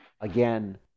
Again